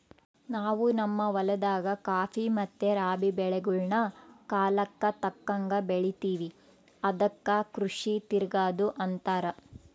ನಾವು ನಮ್ಮ ಹೊಲದಾಗ ಖಾಫಿ ಮತ್ತೆ ರಾಬಿ ಬೆಳೆಗಳ್ನ ಕಾಲಕ್ಕತಕ್ಕಂಗ ಬೆಳಿತಿವಿ ಅದಕ್ಕ ಕೃಷಿ ತಿರಗದು ಅಂತಾರ